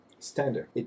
standard